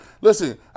Listen